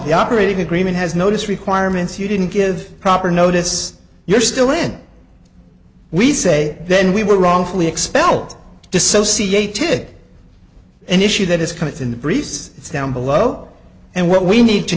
the operating agreement has noticed requirements you didn't give proper notice you're still when we say then we were wrongfully expelled dissociated an issue that is kind of in the briefs down below and what we need to